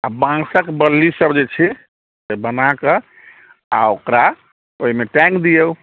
आओर बाँसके बल्ली सभ जे छै से बनाकऽ आओर ओकरा ओहिमे टाँगि दिऔ